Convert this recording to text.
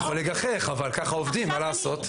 אתה יכול לגחך, אבל ככה עובדים, מה לעשות.